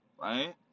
right